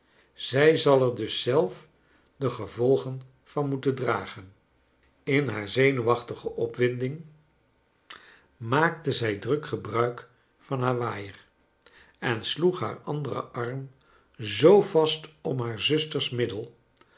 zij zal er dus zelf de gevolgen van moeten dragen in haar zenuwachtigc opwinding maakte zij druk gebruik van haar waaier en sloeg haar anderen arm zoo vast om haar zusters middel